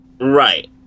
Right